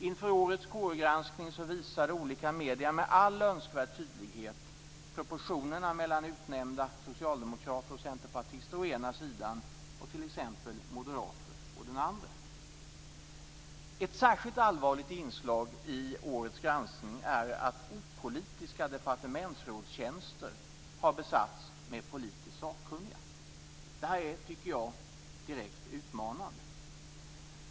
Inför årets KU-granskning visade olika medier med all önskvärd tydlighet proportionerna mellan utnämnda socialdemokrater och centerpartister å ena sidan och t.ex. moderater å den andra. Ett särskilt allvarligt inslag i årets granskning är att opolitiska departementsrådstjänster har besatts med politiskt sakkunniga. Det är, tycker jag, direkt utmanande.